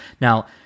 Now